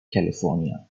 california